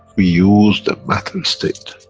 we use the matter-state